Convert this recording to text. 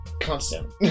constant